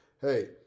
hey